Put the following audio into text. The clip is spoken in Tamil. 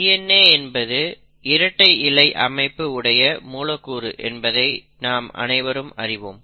DNA என்பது இரட்டை இழை அமைப்பு உடைய மூலக்கூறு என்பதை நாம் அனைவரும் அறிவோம்